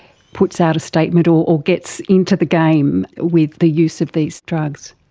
puts out a statement or gets into the game with the use of these drugs?